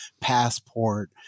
passport